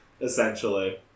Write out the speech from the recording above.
Essentially